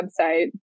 website